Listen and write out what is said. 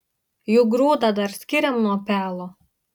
juk grūdą dar skiriam nuo pelo